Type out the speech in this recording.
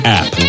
app